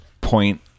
Point